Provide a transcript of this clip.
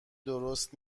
درست